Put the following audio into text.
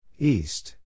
East